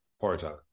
part-time